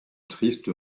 triste